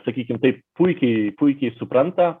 sakykim taip puikiai puikiai supranta